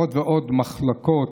עוד ועוד מחלקות